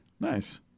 Nice